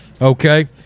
Okay